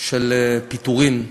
של פיטורים,